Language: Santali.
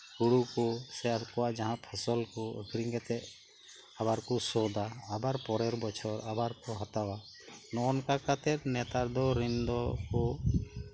ᱦᱩᱲᱩ ᱠᱚ ᱥᱮ ᱟᱠᱚᱣᱟᱜ ᱡᱟᱸᱦᱟ ᱯᱷᱚᱥᱚᱞ ᱠᱚ ᱟᱠᱷᱨᱤᱧ ᱠᱟᱛᱮᱫ ᱟᱵᱟᱨ ᱠᱳ ᱥᱳᱫᱷᱼᱟ ᱟᱵᱟᱨ ᱯᱚᱨᱮᱨ ᱵᱚᱪᱷᱚᱨ ᱟᱵᱟᱨ ᱦᱟᱛᱟᱣᱟ ᱱᱚᱝᱠᱟ ᱠᱟᱛᱮᱫ ᱱᱮᱛᱟᱨ ᱫᱚ ᱨᱤᱱ ᱫᱚᱠᱚ